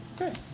Okay